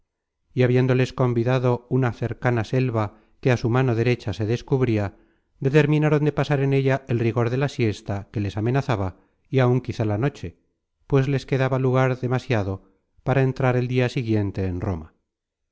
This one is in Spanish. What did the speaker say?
y habiéndoles convidado una cercana selva que á su mano derecha se descubria determinaron de pasar en ella el rigor de la siesta que les amenazaba y áun quizá la noche pues les quedaba lugar demasiado para entrar el dia siguiente en roma